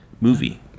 movie